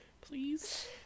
Please